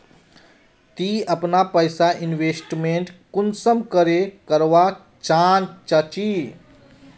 ती अपना पैसा इन्वेस्टमेंट कुंसम करे करवा चाँ चची?